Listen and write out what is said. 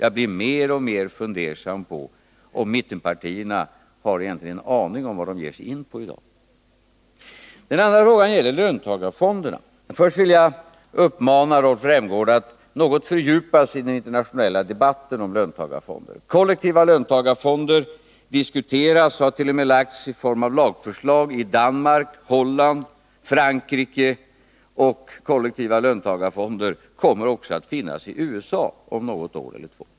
Jag blir mer och mer fundersam över om mittenpartierna egentligen har en aning om vad de ger sig in på i dag. Sedan gäller det löntagarfonderna. Jag vill först uppmana Rolf Rämgård att något fördjupa sig i den internationella debatten om löntagarfonder. Kollektiva löntagarfonder diskuteras och tas uppt.o.m. i form av lagförslag i Danmark, Holland och Frankrike. Kollektiva löntagarfonder kommer också att finnas i USA om ett år eller två.